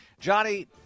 Johnny